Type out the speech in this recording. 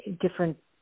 different